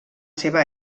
seva